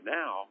now